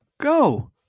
Go